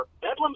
Bedlam